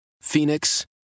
Phoenix